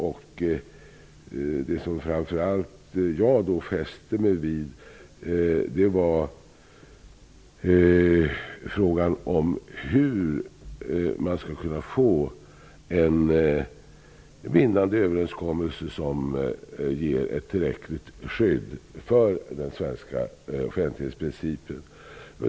Det som jag då framför allt fäste mig vid var frågan om hur man skall kunna få en bindande överenskommelse som ger ett tillräckligt skydd för den svenska offentlighetsprincipen.